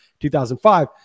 2005